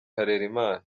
harerimana